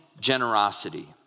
generosity